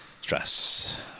Stress